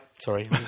sorry